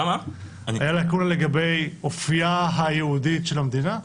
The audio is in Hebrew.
הייתה לקונה לגבי אופייה היהודי של המדינה?